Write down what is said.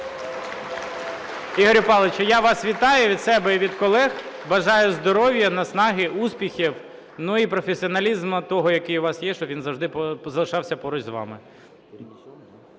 Ігорю Павловичу, я вас вітаю від себе і від колег. Бажаю здоров'я, наснаги, успіхів і професіоналізму того, який у вас є, щоб він завжди залишався поруч з вами.